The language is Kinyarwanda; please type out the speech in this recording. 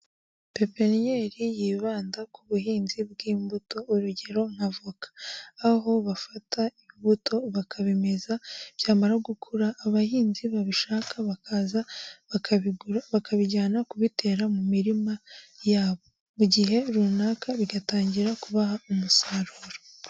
Pepiniyeri yibanda ku buhinzi bw'imbuto urugero nka voka aho bafata ibibuto bakabimeza byamara gukura abahinzi babishaka bakaza bakabigura bakabijyana kubitera mu mirima yabo, mu gihe runaka bigatangira kubaha umusaruro.